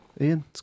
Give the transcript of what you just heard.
Ian